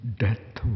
death